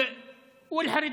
וחרדים.